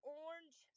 orange